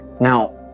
now